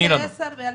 ב-2010,